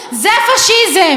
ככה זה עובד פה.